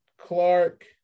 Clark